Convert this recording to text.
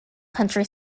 country